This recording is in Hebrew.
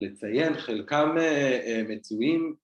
לציין חלקם מצויים